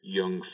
young